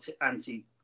anti